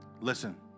Listen